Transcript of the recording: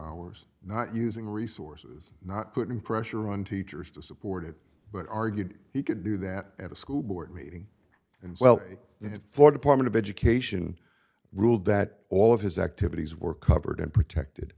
hours not using resources not putting pressure on teachers to support it but argued he could do that at a school board meeting and sell it for department of education ruled that all of his activities were covered and protected